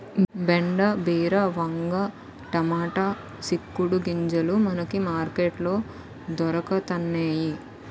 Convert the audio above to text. బెండ బీర వంగ టమాటా సిక్కుడు గింజలు మనకి మార్కెట్ లో దొరకతన్నేయి